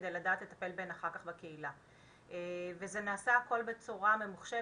על מנת לדעת לטפל בהן אחר כך בקהילה וזה נעשה הכל בצורה ממוחשבת,